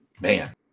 Man